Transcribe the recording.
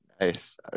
Nice